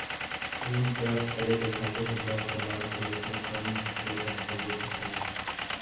ऋण प्राप्त करे के खातिर हमरा प्रमाण के रूप में कउन से दस्तावेज़ दिखावे के होइ?